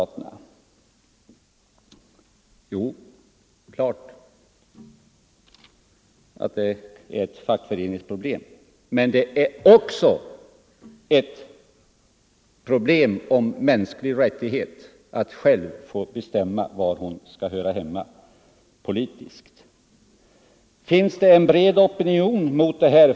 Jo, det är klart att det är ett fackföreningsproblem. Men det är också ett ämma var man skall höra problem om mänsklig rättighet att själv få bes hemma politiskt. Finns det en bred opinion mot det här?